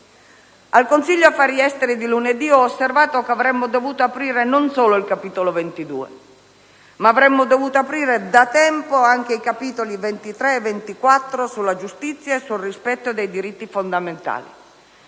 Al Consiglio affari esteri di lunedì ho osservato che avremmo dovuto aprire non solo il capitolo 22, ma avremmo dovuto aprire da tempo anche i capitoli 23 e 24 sulla giustizia e sul rispetto dei diritti fondamentali: